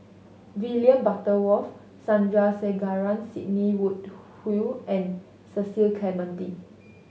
William Butterworth Sandrasegaran Sidney Woodhull and Cecil Clementi